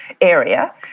area